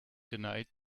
tonight